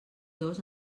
dos